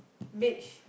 beach